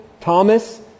Thomas